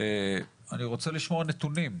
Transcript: אני רוצה לשמוע נתונים.